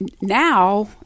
now